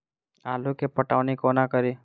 आलु केँ पटौनी कोना कड़ी?